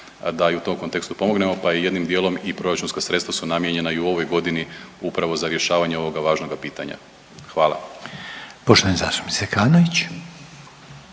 da i u tom kontekstu pomognemo, pa i jednim dijelom i proračunska sredstva su namijenjena i u ovoj godini upravo za rješavanje ovoga važnoga pitanja. Hvala. **Reiner, Željko